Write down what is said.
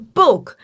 book